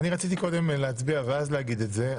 אני רציתי קודם להצביע ואז להגיד את זה.